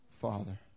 Father